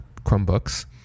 Chromebooks